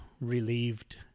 relieved